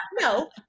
No